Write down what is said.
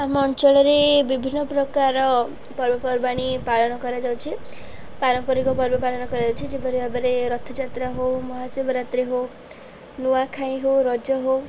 ଆମ ଅଞ୍ଚଳରେ ବିଭିନ୍ନ ପ୍ରକାର ପର୍ବପର୍ବାଣି ପାଳନ କରାଯାଉଛି ପାରମ୍ପରିକ ପର୍ବ ପାଳନ କରାଯାଉଛି ଯେପରି ଭାବରେ ରଥଯାତ୍ରା ହେଉ ମହାଶିବରାତ୍ରି ହେଉ ନୂଆଖାଇ ହେଉ ରଜ ହେଉ